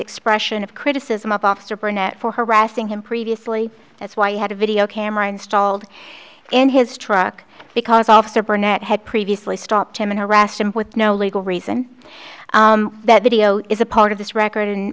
expression of criticism of officer burnett for harassing him previously that's why he had a video camera installed in his truck because officer burnett had previously stopped him and harassed him with no legal reason that video is a part of this record